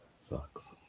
Sucks